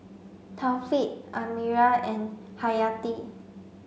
Thaqif Amirah and Haryati